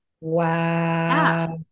Wow